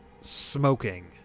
smoking